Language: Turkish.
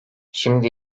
şimdi